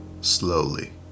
slowly